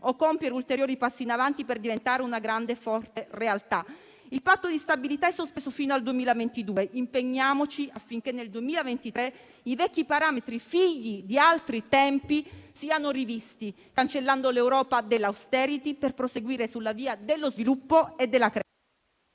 o compiere ulteriori passi in avanti per diventare una grande e forte realtà. Il Patto di stabilità è sospeso fino al 2022. Impegniamoci affinché nel 2023 i vecchi parametri, figli di altri tempi, siano rivisti, cancellando l'Europa dell'*austerity* per proseguire sulla via dello sviluppo e della crescita.